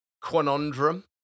conundrum